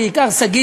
בעיקר שגית,